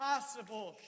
possible